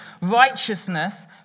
righteousness